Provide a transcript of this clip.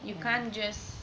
you can't just